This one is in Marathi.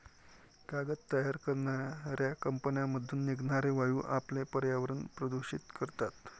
कागद तयार करणाऱ्या कंपन्यांमधून निघणारे वायू आपले पर्यावरण प्रदूषित करतात